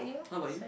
how about you